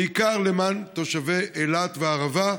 בעיקר למען תושבי אילת והערבה,